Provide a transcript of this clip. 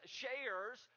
shares